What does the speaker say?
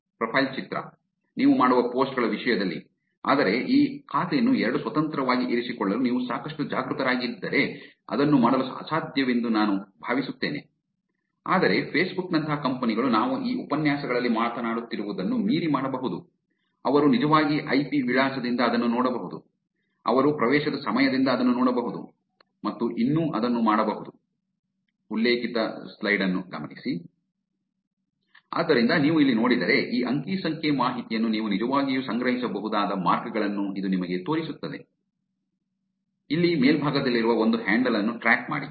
profile ಚಿತ್ರ ನೀವು ಮಾಡುವ ಪೋಸ್ಟ್ ಗಳ ವಿಷಯದಲ್ಲಿ ಆದರೆ ಈ ಖಾತೆಯನ್ನು ಎರಡು ಸ್ವತಂತ್ರವಾಗಿ ಇರಿಸಿಕೊಳ್ಳಲು ನೀವು ಸಾಕಷ್ಟು ಜಾಗೃತರಾಗಿದ್ದರೆ ಅದನ್ನು ಮಾಡಲು ಅಸಾಧ್ಯವೆಂದು ನಾನು ಭಾವಿಸುತ್ತೇನೆ ಆದರೆ ಫೇಸ್ ಬುಕ್ ನಂತಹ ಕಂಪನಿಗಳು ನಾವು ಈ ಉಪನ್ಯಾಸಗಳಲ್ಲಿ ಮಾತನಾಡುತ್ತಿರುವುದನ್ನು ಮೀರಿ ಮಾಡಬಹುದು ಅವರು ನಿಜವಾಗಿ ಐಪಿ ವಿಳಾಸದಿಂದ ಅದನ್ನು ನೋಡಬಹುದು ಅವರು ಪ್ರವೇಶದ ಸಮಯದಿಂದ ಅದನ್ನು ನೋಡಬಹುದು ಮತ್ತು ಇನ್ನೂ ಅದನ್ನು ಮಾಡಬಹುದು ಆದ್ದರಿಂದ ನೀವು ಇಲ್ಲಿ ನೋಡಿದರೆ ಈ ಅಂಕಿ ಸಂಖ್ಯೆ ಮಾಹಿತಿಯನ್ನು ನೀವು ನಿಜವಾಗಿಯೂ ಸಂಗ್ರಹಿಸಬಹುದಾದ ಮಾರ್ಗಗಳನ್ನು ಇದು ನಿಮಗೆ ತೋರಿಸುತ್ತದೆ ಆದ್ದರಿಂದ ಇಲ್ಲಿ ಮೇಲ್ಭಾಗದಲ್ಲಿರುವ ಒಂದು ಹ್ಯಾಂಡಲ್ ಅನ್ನು ಟ್ರ್ಯಾಕ್ ಮಾಡಿ